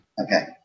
okay